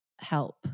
help